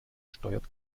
steuert